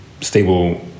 stable